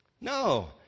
No